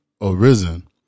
Arisen